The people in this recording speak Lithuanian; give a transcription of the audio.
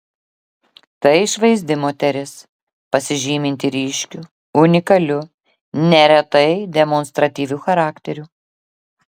tai išvaizdi moteris pasižyminti ryškiu unikaliu neretai demonstratyviu charakteriu